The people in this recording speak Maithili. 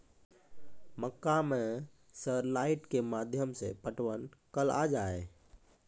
मक्का मैं सर लाइट के माध्यम से पटवन कल आ जाए?